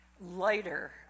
lighter